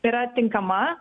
yra tinkama